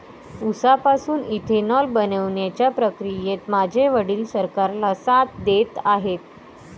उसापासून इथेनॉल बनवण्याच्या प्रक्रियेत माझे वडील सरकारला साथ देत आहेत